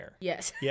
Yes